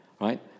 right